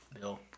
Bill